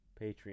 Patreon